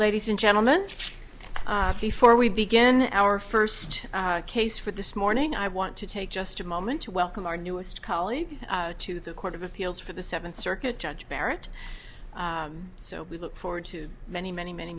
ladies and gentleman before we begin our first case for this morning i want to take just a moment to welcome our newest colleague to the court of appeals for the seventh circuit judge barrett so we look forward to many many many